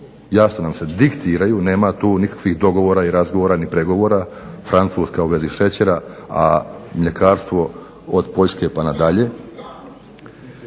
jasno nam se diktiraju. Nema tu nikakvih dogovora i razgovora ni pregovora. Francuska u vezi šećera, a mljekarstvo od Poljske pa na dalje.